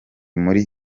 muri